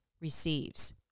receives